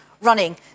running